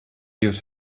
jūs